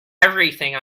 everything